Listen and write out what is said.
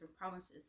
promises